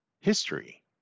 history